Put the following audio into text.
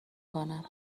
کنم